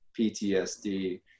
PTSD